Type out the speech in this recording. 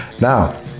now